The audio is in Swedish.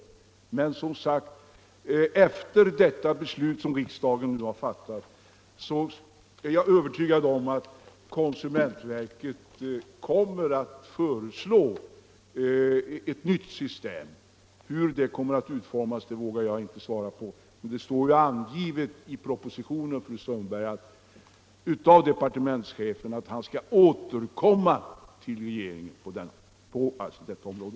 Jag är som sagt övertygad om att efter detta beslut, som riksdagen nu strax skall fatta, konsumentverket kommer att föreslå ett nytt system. Hur detta kommer att utformas vågar jag inte svara på, men det står ju angivet av departementschefen i propositionen, fru Sundberg, att han skall återkomma till regeringen på detta område.